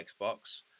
Xbox